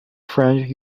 friend